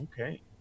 okay